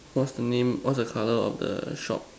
what's the name what's the colour of the shop